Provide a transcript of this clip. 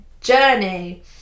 journey